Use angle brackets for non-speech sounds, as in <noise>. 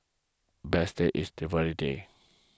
best day is <unintelligible> day